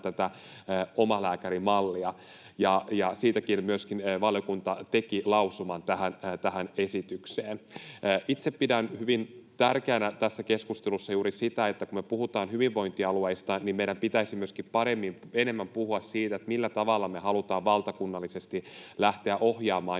tätä omalääkärimallia, ja siitä valiokuntakin teki lausuman tähän esitykseen. Itse pidän hyvin tärkeänä tässä keskustelussa juuri sitä, että kun me puhutaan hyvinvointialueista, niin meidän pitäisi myöskin enemmän puhua siitä, millä tavalla me halutaan valtakunnallisesti lähteä ohjaamaan